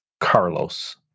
Carlos